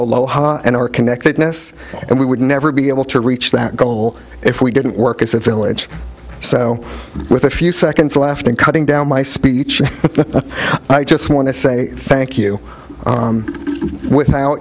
aloha and our connectedness and we would never be able to reach that goal if we didn't work as a village so with a few seconds left and cutting down my speech i just want to say thank you without